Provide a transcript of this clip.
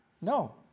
No